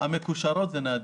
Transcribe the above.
המערכות המקושרות הן ניידות.